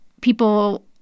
people